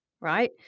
right